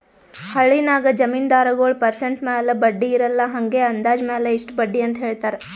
ಹಳ್ಳಿನಾಗ್ ಜಮೀನ್ದಾರಗೊಳ್ ಪರ್ಸೆಂಟ್ ಮ್ಯಾಲ ಬಡ್ಡಿ ಇರಲ್ಲಾ ಹಂಗೆ ಅಂದಾಜ್ ಮ್ಯಾಲ ಇಷ್ಟ ಬಡ್ಡಿ ಅಂತ್ ಹೇಳ್ತಾರ್